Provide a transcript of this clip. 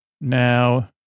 now